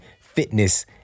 fitness